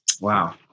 wow